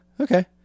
Okay